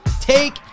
take